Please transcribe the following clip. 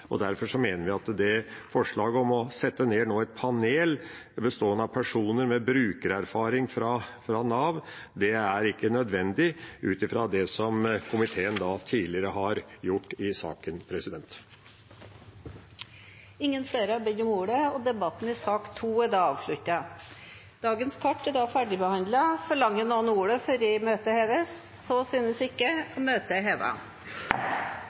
Derfor mener vi at forslaget om nå å sette ned et panel bestående av personer med brukererfaring fra Nav ikke er nødvendig, ut fra det som komiteen tidligere har gjort i saken. Flere har ikke bedt om ordet til sak nr. 2. Dagens kart er da ferdigbehandlet. Forlanger noen ordet før møtet heves? – Så synes ikke, og møtet er